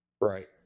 Right